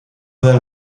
sein